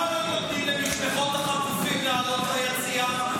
למה לא נותנים למשפחות החטופים לעלות ליציע?